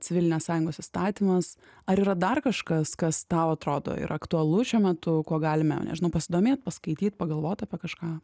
civilinės sąjungos įstatymas ar yra dar kažkas kas tau atrodo ir aktualu šiuo metu kuo galime nežinau pasidomėt paskaityt pagalvot apie kažką